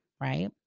right